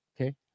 okay